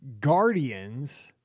Guardians